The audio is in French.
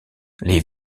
les